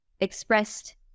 expressed